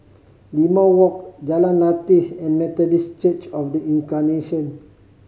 Limau Walk Jalan Lateh and Methodist Church Of The Incarnation